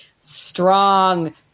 strong